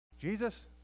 Jesus